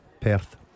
Perth